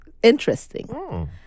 interesting